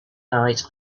night